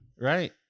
right